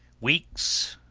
weeks,